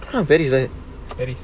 kind of very nice the place